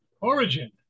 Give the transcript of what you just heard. origin